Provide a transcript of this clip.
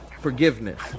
forgiveness